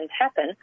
happen